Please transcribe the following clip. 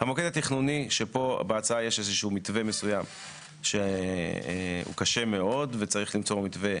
פה בהצעה יש איזשהו מתווה מסוים שהוא קשה מאוד וצריך למצוא מתווה